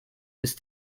ist